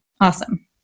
awesome